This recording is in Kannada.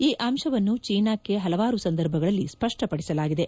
ಈ ಅಂಶವನ್ನು ಚೀನಾಕ್ಕೆ ಹಲವಾರು ಸಂದರ್ಭಗಳಲ್ಲಿ ಸ್ಪಷ್ಟಪದಿಸಲಾಗಿದೆ